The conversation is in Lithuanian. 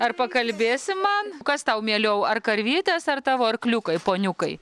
ar pakalbėsi man kas tau mieliau ar karvytės ar tavo arkliukai poniukai